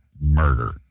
murder